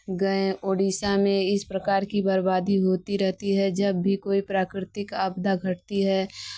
गए ओडिसा में इस प्रकार की बर्बादी होती रहती है जब भी कोई प्राकृतिक आपदा घटती है